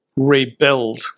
rebuild